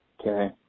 Okay